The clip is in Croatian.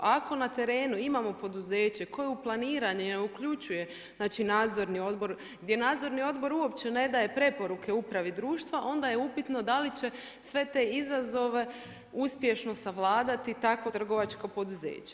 Ako na terenu imamo poduzeće koje u planiranje ne uključuje, znači Nadzorni odbor, gdje Nadzorni odbor uopće ne daje preporuke upravi društva onda je upitno da li će sve te izazove uspješno savladati takvo trgovačko poduzeća.